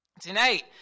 Tonight